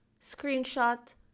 screenshot